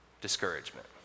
discouragement